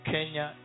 Kenya